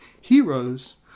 heroes